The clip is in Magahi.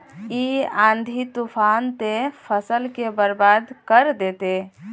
इ आँधी तूफान ते फसल के बर्बाद कर देते?